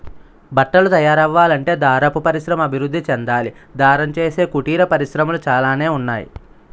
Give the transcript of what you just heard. బట్టలు తయారవ్వాలంటే దారపు పరిశ్రమ అభివృద్ధి చెందాలి దారం చేసే కుటీర పరిశ్రమలు చాలానే ఉన్నాయి